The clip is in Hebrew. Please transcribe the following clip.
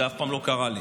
זה אף פעם לא קרה לי.